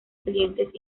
clientes